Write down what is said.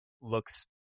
looks